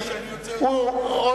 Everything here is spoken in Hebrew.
הוא,